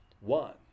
one